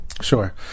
Sure